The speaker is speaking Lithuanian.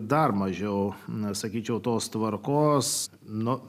dar mažiau na sakyčiau tos tvarkos nuo